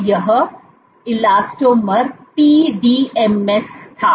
तो यह elastomer PDMS था